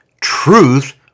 truth